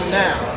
now